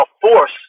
force